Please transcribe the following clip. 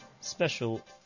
special